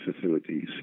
facilities